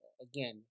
again